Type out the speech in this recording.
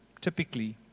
typically